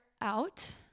out